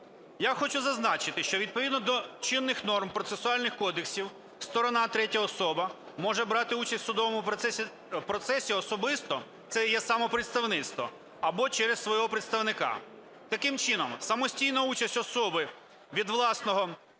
Я хочу зазначити, що, відповідно до чинних норм процесуальних кодексів, сторона – третя особа – може брати участь в судовому процесі особисто, це є самопредставництво, або через свого представника. Таким чином самостійна участь особи від власного